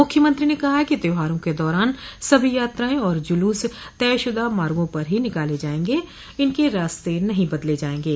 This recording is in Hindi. मुख्यमंत्री ने कहा कि त्यौहारों के दौरान सभी यात्राएं और जुलूस तयशदा मार्गो पर ही निकाले जायेंगे इनके रास्ते नहीं बदले जायेंगे